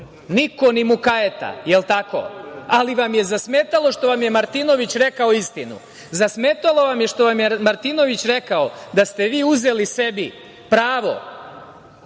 Niko ni mukajeta, da li je tako? Ali vam je zasmetalo što je Martinović rekao istinu. Zasmetalo vam je što je Martinović rekao da ste vi uzeli sebi pravo